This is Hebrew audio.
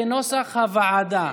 כנוסח הוועדה.